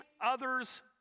others